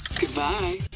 goodbye